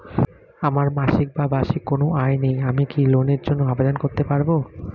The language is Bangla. আমার মাসিক বা বার্ষিক কোন আয় নেই আমি কি লোনের জন্য আবেদন করতে পারব?